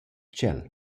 ch’el